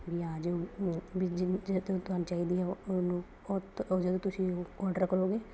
ਵੀ ਆਜੂ ਵੀ ਜ ਜਦੋਂ ਤੁਹਾਨੂੰ ਚਾਹੀਦੀ ਹੈ ਉਹ ਉਹਨੂੰ ਉਹ ਜਦੋਂ ਤੁਸੀਂ ਆਡਰ ਕਰੋਗੇ